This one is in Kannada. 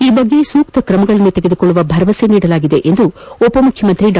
ಈ ಬಗ್ಗೆಸೂಕ್ತ ಕ್ರಮಗಳನ್ನು ತೆಗೆದುಕೊಳ್ಳುವ ಭರವಸೆ ನೀಡಲಾಯಿತು ಎಂದು ಉಪಮುಖ್ಯಮಂತ್ರಿ ಡಾ